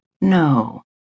No